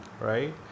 right